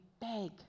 beg